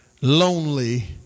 lonely